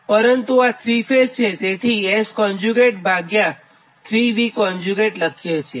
પરંતુ આ ૩ ફેઝ છેતેથી S3V લખીએ છીએ